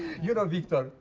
you know, victor,